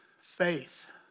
Faith